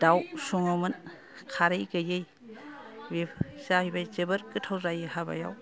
दाव सङोमोन खारै गैयै बे जाहैबाय जोबोर गोथाव जायो हाबायाव